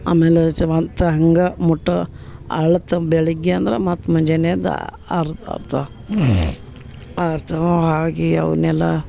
ಆಮೇಲೆ ಚವಂತ ಹಂಗೆ ಮುಟ್ಟ ಆಳತ್ತ ಬೆಳಿಗ್ಗೆ ಅಂದ್ರೆ ಮತ್ತೆ ಮಂಜಾನೆ ಎದ್ದು ಅರ್ತವಾ ಹಾಗೆ ಅವನ್ನೆಲ್ಲ